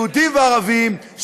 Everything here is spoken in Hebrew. יהודים וערבים,